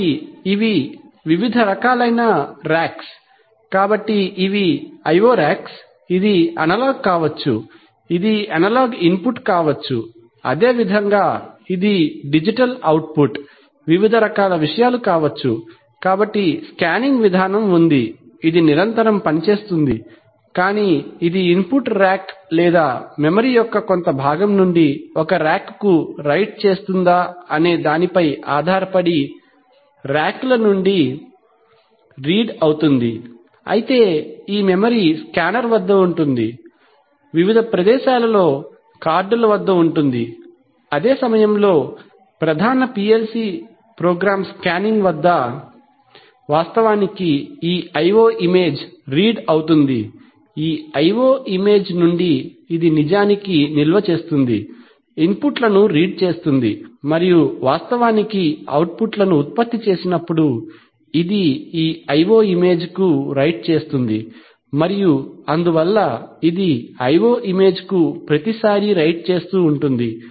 కాబట్టి ఇవి వివిధ రకాలైన రాక్స్ కాబట్టి ఇవి IO రాక్స్ ఇది అనలాగ్ కావచ్చు ఇది అనలాగ్ ఇన్పుట్ కావచ్చు అదేవిధంగా ఇది డిజిటల్ అవుట్పుట్ వివిధ రకాల విషయాలు కావచ్చు కాబట్టి స్కానింగ్ విధానం ఉంది ఇది నిరంతరం పని చేస్తుంది కానీ ఇది ఇన్పుట్ ర్యాక్ లేదా మెమరీ యొక్క కొంత భాగం నుండి ఒక ర్యాక్ కు రైట్ చేస్తుందా అనే దానిపై ఆధారపడి రాక్ ల నుండి రీడ్ అవుతుంది ఈ మెమరీ స్కానర్ వద్ద ఉంటుంది వివిధ ప్రదేశాలలో కార్డుల వద్ద ఉంటుంది అదే సమయంలో ప్రధాన PLC ప్రోగ్రామ్ స్కానింగ్ వద్ద వాస్తవానికి ఈ IO ఇమేజ్ రీడ్ అవుతుంది ఈ IO ఇమేజ్ నుండి ఇది నిజానికి నిల్వ చేస్తుంది ఇన్పుట్ లను రీడ్ చేస్తుంది మరియు వాస్తవానికి అవుట్పుట్లను ఉత్పత్తి చేసినప్పుడు ఇది ఈ IO ఇమేజ్ కు రైట్ చేస్తుంది మరియు అందువల్ల ఇది IO ఇమేజ్కు ప్రతి సారీ రైట్ చేస్తూ ఉంటుంది